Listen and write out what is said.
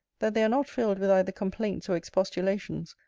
that they are not filled with either complaints or expostulations,